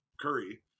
curry